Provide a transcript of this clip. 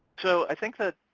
so i think that,